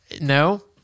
No